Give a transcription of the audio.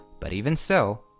but even so,